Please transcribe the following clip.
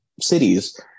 cities